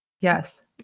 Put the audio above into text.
yes